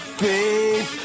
faith